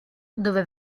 dove